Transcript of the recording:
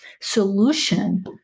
solution